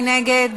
מי נגד?